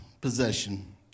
possession